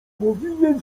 powinien